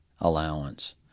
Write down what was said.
allowance